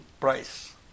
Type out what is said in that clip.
price